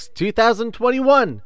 2021